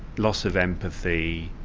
loss of empathy,